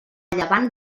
llevant